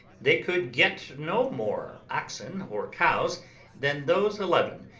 they could get no more oxen or cows than those eleven,